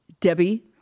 Debbie